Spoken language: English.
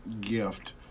gift